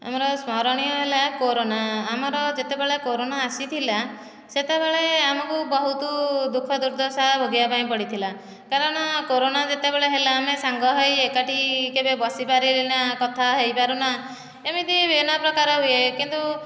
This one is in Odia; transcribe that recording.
ଆମର ସ୍ମରଣୀୟ ହେଲା କୋରାନା ଆମର ଯେତେବେଳେ କୋରୋନା ଆସିଥିଲା ସେତେବେଳେ ଆମକୁ ବହୁତ ଦୁଃଖ ଦୁର୍ଦଶା ଭୋଗିବା ପାଇଁ ପଡ଼ିଥିଲା କାରଣ କୋରୋନା ଯେତେବେଳେ ହେଲା ଆମେ ସାଙ୍ଗ ହୋଇ ଏକାଠି କେବେ ବସି ପାରିଲେ ନା କଥା ହୋଇ ପାରୁନା ଏମିତି ବିଭିନ୍ନ ପ୍ରକାର ହୁଏ କିନ୍ତୁ